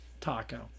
taco